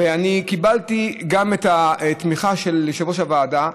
ואני קיבלתי גם את התמיכה של יושב-ראש הוועדה: